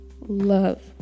love